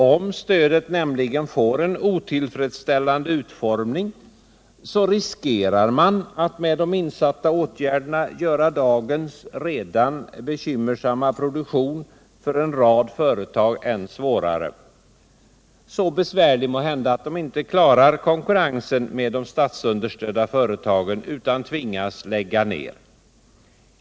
Om stödet får en otillfredsställande utformning, riskerar man nämligen att med de insatta åtgärderna göra dagens redan bekymmersamma produktion för en rad företag än svårare, så besvärlig måhända att de inte klarar konkurrensen med de statsunderstödda företagen utan tvingas lägga ned verksamheten.